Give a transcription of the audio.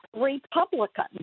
Republican